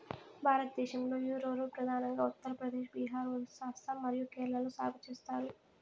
భారతదేశంలో, యారోరూట్ ప్రధానంగా ఉత్తర ప్రదేశ్, బీహార్, ఒరిస్సా, అస్సాం మరియు కేరళలో సాగు చేస్తారు